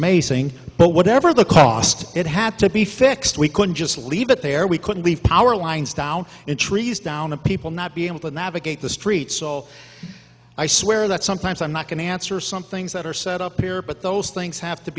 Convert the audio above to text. amazing but whatever the cost it had to be fixed we couldn't just leave it there we couldn't leave power lines down in trees down and people not be able to navigate the streets so i swear that sometimes i'm not going to answer some things that are set up here but those things have to